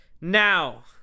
Now